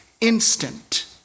instant